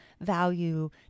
value